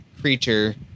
creature